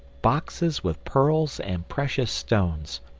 boxes with pearls and precious stones.